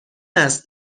است